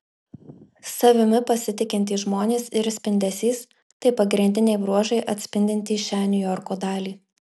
savimi pasitikintys žmonės ir spindesys tai pagrindiniai bruožai atspindintys šią niujorko dalį